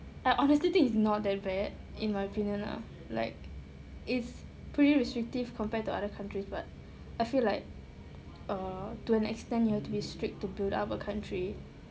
I honestly think it's not that bad in my opinion lah like it's pretty restrictive compared to other countries but I feel like err to an extent you have to be strict to build up a country